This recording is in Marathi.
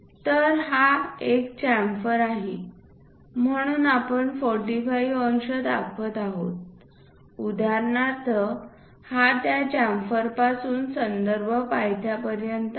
तर हा एक च्याम्फर आहे म्हणून आपण 45 अंश दाखवित आहोत उदाहरणार्थ हा त्या च्याम्फरपासून संदर्भ पायथ्यापर्यंत आहे